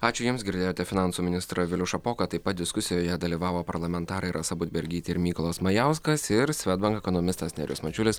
ačiū jums girdėjote finansų ministrą vilių šapoką taip pat diskusijoje dalyvavo parlamentarai rasa budbergytė ir mykolas majauskas ir svedbank ekonomistas nerijus mačiulis